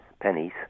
pennies